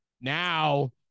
now